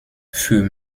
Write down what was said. für